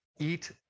eat